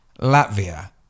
Latvia